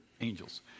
angels